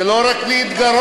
זה לא רק להתגרות?